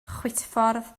chwitffordd